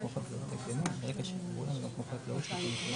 אין נמנעים.